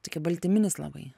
taigi baltyminis labai